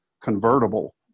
convertible